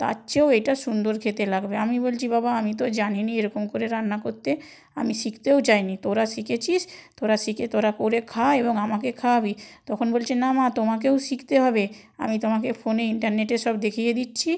তার চেয়েও এটা সুন্দর খেতে লাগবে আমি বলছি বাবা আমি তো জানি না এরকম করে রান্না করতে আমি শিখতেও চাই না তোরা শিখেছিস তোরা শিখে তোরা করে খা এবং আমাকে খাওয়াবি তখন বলছে না মা তোমাকেও শিখতে হবে আমি তোমাকে ফোনে ইন্টারনেটে সব দেখিয়ে দিচ্ছি